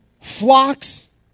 flocks